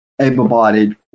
able-bodied